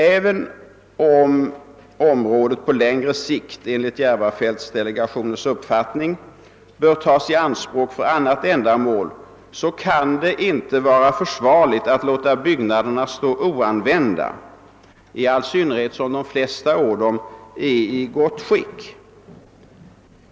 även om området på längre sikt — enligt järvafältsdelegationens uppfattning — bör tas i anspråk för annat ändamål, är det inte försvarligt att låta byggnaderna stå oanvända, i all synnerhet som de flesta av dem är i gott skick.